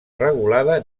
regulada